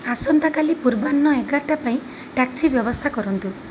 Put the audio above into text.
ଆସନ୍ତାକାଲି ପୂର୍ବାହ୍ନ ଏଗାରଟା ପାଇଁ ଟ୍ୟାକ୍ସି ବ୍ୟବସ୍ଥା କରନ୍ତୁ